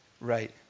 right